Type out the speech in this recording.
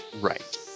right